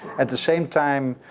at the same time,